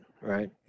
right